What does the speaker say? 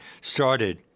started